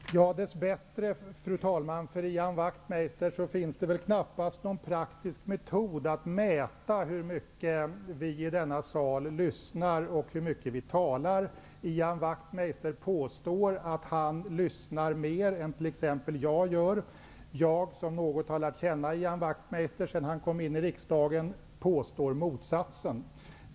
Fru talman! Dess bättre för Ian Wachtmeister finns det väl knappast någon praktisk metod att mäta hur mycket vi i denna sal lyssnar och hur mycket vi talar. Ian Wachtmeister påstår att han lyssnar mer än t.ex. jag gör. Jag, som något har lärt känna Ian Wachtmeister sedan han kom in i rikdagen, påstår motsatsen.